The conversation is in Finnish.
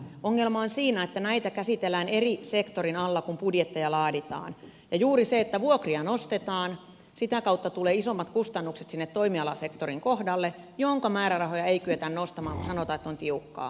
ongelma on siinä että näitä käsitellään eri sektorin alla kun budjetteja laaditaan ja juuri siinä että kun vuokria nostetaan sitä kautta tulee isommat kustannukset sinne toimialasektorin kohdalle jonka määrärahoja ei kyetä nostamaan kun sanotaan että on tiukkaa